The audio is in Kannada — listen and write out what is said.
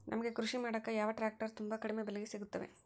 ನಮಗೆ ಕೃಷಿ ಮಾಡಾಕ ಯಾವ ಟ್ರ್ಯಾಕ್ಟರ್ ತುಂಬಾ ಕಡಿಮೆ ಬೆಲೆಗೆ ಸಿಗುತ್ತವೆ?